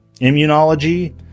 immunology